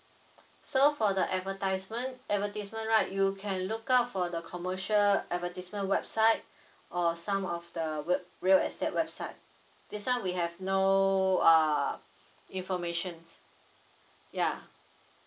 so for the advertisement advertisement right you can look out for the commercial advertisement website or some of the re~ real estate website this [one] we have no uh information ya